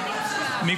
טוב,